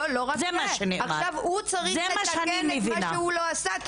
זה מה שנאמר, זה מה שאני מבינה.